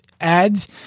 ads